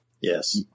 Yes